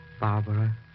Barbara